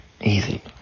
easy